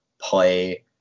play